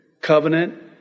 covenant